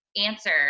answer